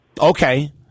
Okay